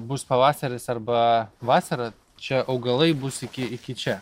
bus pavasaris arba vasara čia augalai bus iki iki čia